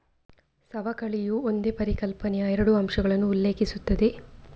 ಸವಕಳಿಯು ಒಂದೇ ಪರಿಕಲ್ಪನೆಯ ಎರಡು ಅಂಶಗಳನ್ನು ಉಲ್ಲೇಖಿಸುತ್ತದೆ